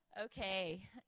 Okay